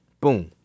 Boom